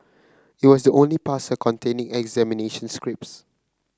it was only parcel containing examination scripts